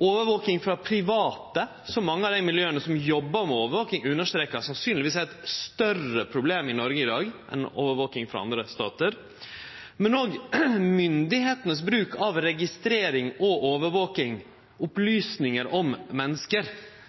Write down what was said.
overvaking frå private – som mange av dei miljøa som jobbar med etterretning, understrekar at sannsynlegvis er eit større problem i Noreg i dag enn overvaking frå andre statar – men òg myndigheitenes bruk av registrering og overvaking, opplysningar om